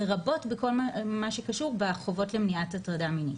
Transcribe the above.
לרבות לכל מה שקשור בחובות למניעת הטרדה מינית,